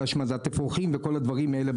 על השמדת אפרוחים וכל הדברים האלה.